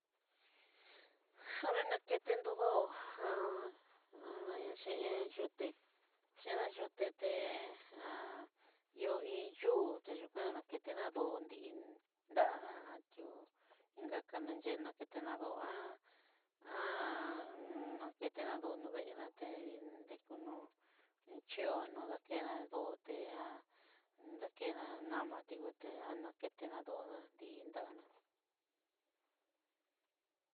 Janda nakenró dó'o ján jaña chín iin yuté, xhiná yuté té ja ihó iin yú teyukán nakená dondí nda'ná a yi'o in ka kana yená nakena dó naketená dó noveená té dekunó chío nakedá dóte akedá nama tiuté anakena doná ndí nraná.